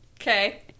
Okay